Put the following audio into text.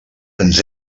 ens